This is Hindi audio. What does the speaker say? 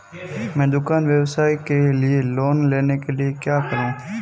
मैं दुकान व्यवसाय के लिए लोंन लेने के लिए क्या करूं?